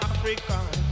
African